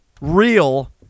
real